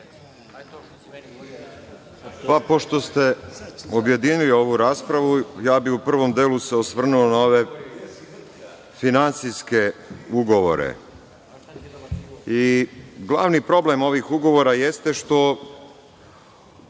Pošto ste objedinili ovu raspravu, ja bih se u prvom delu osvrnuo na ove finansijske ugovore. Glavni problem ovih ugovora jeste što